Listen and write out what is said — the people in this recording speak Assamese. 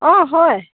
অঁ হয়